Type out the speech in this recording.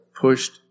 pushed